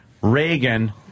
Reagan